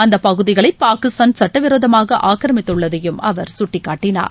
அந்த பகுதிகளை பாகிஸ்தான் சட்டவிரோதமாக ஆக்கிரமித்துள்ளதை அவர் சுட்டிக்காட்டினார்